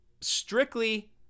strictly